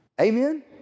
Amen